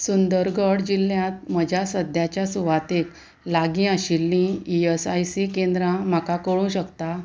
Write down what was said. सुंदरगड जिल्ल्यांत म्हज्या सद्याच्या सुवातेक लागीं आशिल्लीं ई एस आय सी केंद्रां म्हाका कळूं शकता